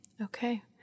Okay